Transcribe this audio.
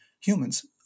humans